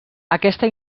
aquesta